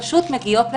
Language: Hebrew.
פשוט מגיעים לילדה,